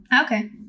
Okay